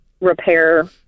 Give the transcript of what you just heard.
repair